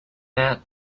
that